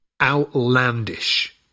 outlandish